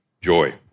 joy